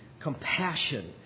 compassion